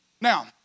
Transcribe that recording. Now